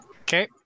Okay